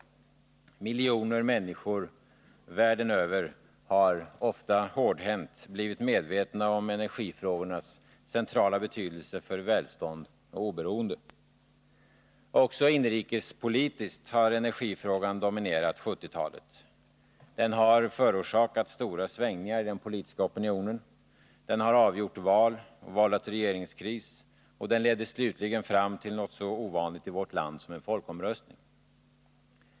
Mijoner människor världen över har — ofta hårdhänt — blivit medvetna energifrågornas centrala betydelse för välstånd och oberoende. Också inrikespolitiskt har energifrågan dominerat 1970-talet. Den har förorsakat stora svängningar i den politiska opinionen. Den har avgjort val och vållat regeringskris, och den ledde slutligen fram till något så ovanligt i vårt land som en folkomröstning.